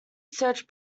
search